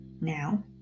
Now